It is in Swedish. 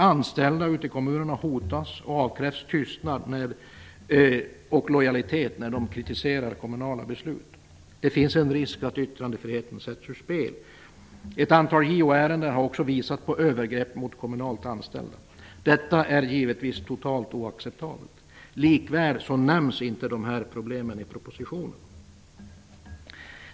Anställda ute i kommunerna hotas och avkrävs tystnad och lojalitet när de kritiserar kommunala beslut. Det finns en risk att yttrandefriheten sätts ur spel. Ett antal JO-ärenden har också visat på övergrepp mot kommunalt anställda. Detta är givetvis totalt oacceptabelt. Likväl nämns inte detta problem i propositionen.